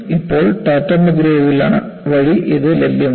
ഇപ്പോൾ Tata McGraw Hill വഴി ഇത് ലഭ്യമാണ്